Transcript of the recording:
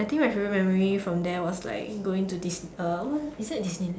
I think my favourite memory from there was like going to Disney world is that Disney world